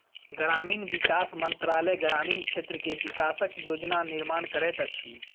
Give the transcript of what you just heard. ग्रामीण विकास मंत्रालय ग्रामीण क्षेत्र के विकासक योजना निर्माण करैत अछि